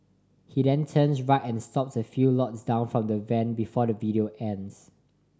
he then turns right and stops a few lots down from the van before the video ends